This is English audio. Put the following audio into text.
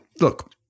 look